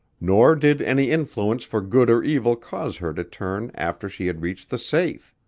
nor did any influence for good or evil cause her to turn after she had reached the safe.